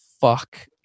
fuck